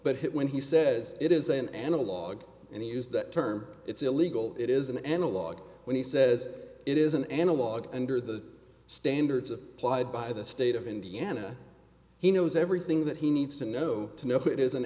but when he says it is an analog and he used that term it's illegal it is an analog when he says it is an analog under the standards applied by the state of indiana he knows everything that he needs to know to know if it is an